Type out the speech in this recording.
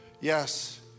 yes